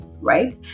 right